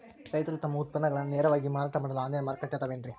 ರೈತರು ತಮ್ಮ ಉತ್ಪನ್ನಗಳನ್ನ ನೇರವಾಗಿ ಮಾರಾಟ ಮಾಡಲು ಆನ್ಲೈನ್ ಮಾರುಕಟ್ಟೆ ಅದವೇನ್ರಿ?